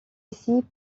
ici